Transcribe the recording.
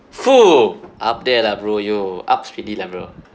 !fuh! up there lah bro you ups already lah bro